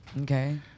Okay